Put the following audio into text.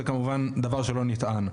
זה כמובן דבר שלא נטען,